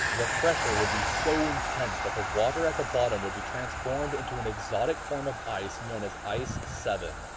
the pressure would be so intense that the water at the bottom would be transformed into an exotic form of ice known as ice seven.